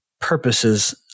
purposes